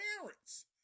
parents